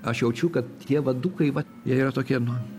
aš jaučiu kad tie vadukai vat jie yra tokie nu